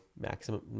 maximum